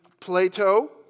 Plato